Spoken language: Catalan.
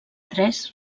tres